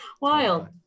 wild